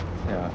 yeah